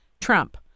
Trump